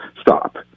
stop